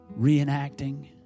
reenacting